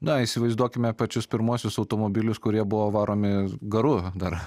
na įsivaizduokime pačius pirmuosius automobilius kurie buvo varomi garu dar